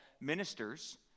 ministers